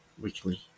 weekly